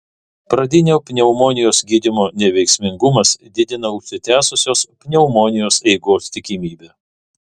pradinio pneumonijos gydymo neveiksmingumas didina užsitęsusios pneumonijos eigos tikimybę